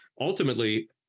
ultimately